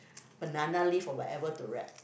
banana leaf or whatever to wrap